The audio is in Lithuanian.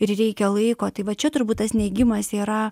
ir reikia laiko tai va čia turbūt tas neigimas yra